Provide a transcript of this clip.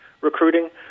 recruiting